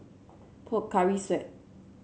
Pocari Sweat